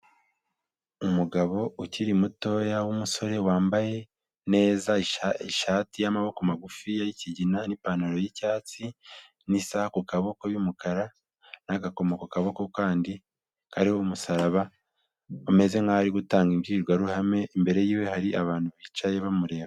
Umugabo ukiri mutoya w'umusore wambaye neza ishati y'amaboko magufiya y'ikigina n'ipantaro y'icyatsi n'isaha ku kaboko y'umukara n'agakomo ku kaboko kandi kariho umusaraba umeze nk'ari gutanga imbwirwaruhame imbere yiwe hari abantu bicaye bamureba.